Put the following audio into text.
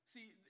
See